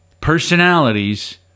personalities